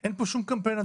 אין פה שום קמפיין,